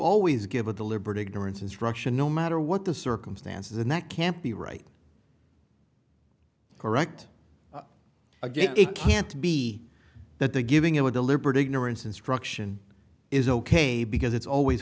always give a deliberate ignorance instruction no matter what the circumstances and that can't be right correct again it can't be that they're giving him a deliberate ignorance instruction is ok because it's always